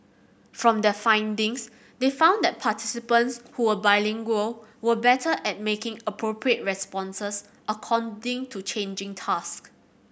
from their findings they found that participants who were bilingual were better at making appropriate responses according to changing task